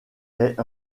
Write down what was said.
est